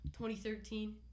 2013